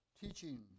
Teaching